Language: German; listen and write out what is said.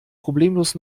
problemlos